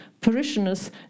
parishioners